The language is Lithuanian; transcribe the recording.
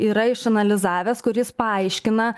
yra išanalizavęs kur jis paaiškina